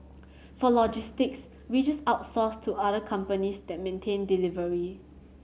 for logistics we just outsource to other companies that maintain delivery